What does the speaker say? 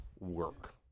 work